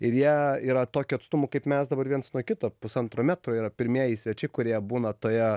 ir jie yra tokiu atstumu kaip mes dabar viens nuo kito pusantro metro yra pirmieji svečiai kurie būna toje